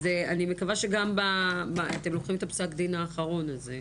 אז אני מקווה שגם אתם לוקחים את פסק הדין האחרון הזה.